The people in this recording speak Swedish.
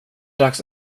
dags